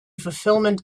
fulfilment